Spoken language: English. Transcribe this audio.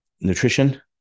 nutrition